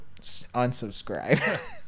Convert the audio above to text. unsubscribe